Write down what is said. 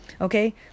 okay